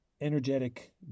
energetic